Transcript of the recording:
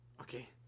okay